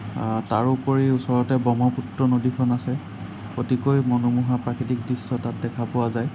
তাৰোপৰি ওচৰতে ব্ৰহ্মপুত্ৰ নদীখন আছে অতিকৈ মনোমোহা প্ৰাকৃতিক দৃশ্য তাত দেখা পোৱা যায়